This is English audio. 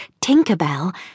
Tinkerbell